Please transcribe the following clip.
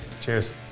Cheers